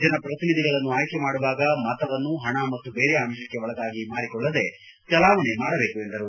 ಜನಪ್ರತಿನಿಧಿಗಳನ್ನು ಆಯ್ಕೆ ಮಾಡುವಾಗ ಮತವನ್ನು ಪಣ ಮತ್ತು ಬೇರೆ ಆಮಿಷಕ್ಕೆ ಒಳಗಾಗಿ ಮಾರಿಕೊಳ್ಳದೆ ಚಲಾವಣೆ ಮಾಡಬೇಕು ಎಂದರು